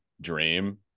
dream